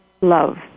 love